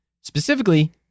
specifically